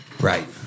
Right